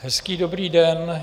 Hezký dobrý den.